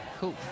cool